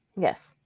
Yes